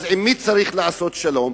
אז עם מי צריך לעשות שלום?